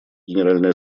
генеральной